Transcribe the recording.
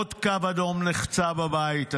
עוד קו אדום נחצה בבית הזה.